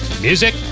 music